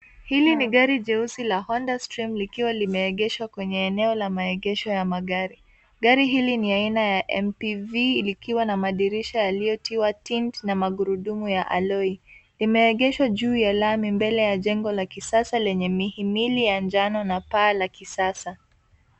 Hili ni gari jeusi la Honda Stream likiwa limeegeshwa kwenye eneo la maegesho la magari. Gari hili ni aina ya MPV likiwa na madirisha yaliyotiwa tint na magurudumu ya aloi. Limeegeshwa juu ya lami mbele ya jengo la kisasa lenye mihimili ya njano na paa la kisasa.